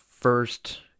first